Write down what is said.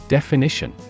Definition